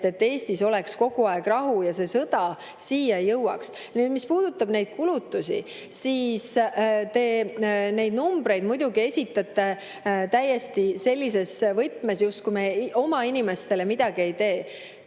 et Eestis oleks kogu aeg rahu ja see sõda siia ei jõuaks. Mis puudutab neid kulutusi, siis te neid numbreid muidugi esitate täiesti sellises võtmes, justkui me oma inimestele midagi ei tee.